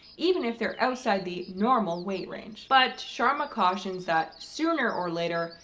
even if they're outside the normal weight range. but sharma cautions that sooner or later,